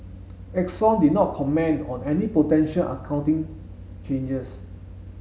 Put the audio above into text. Exxon did not comment on any potential accounting changes